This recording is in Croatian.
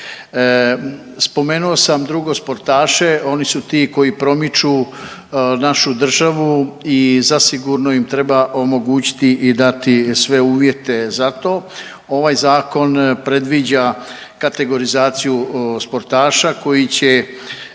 Spomenuo sam drugo sportaše oni su ti koji promiču našu državu i zasigurno im treba omogućiti i dati sve uvjete za to. Ovaj zakon predviđa kategorizaciju sportaša koji će